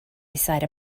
beside